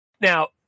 Now